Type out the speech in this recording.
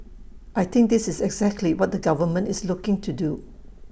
I think this is exactly what the government is looking to do